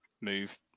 move